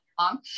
long